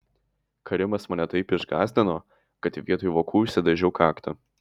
karimas mane taip išgąsdino kad vietoj vokų išsidažiau kaktą